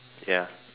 ya